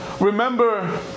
remember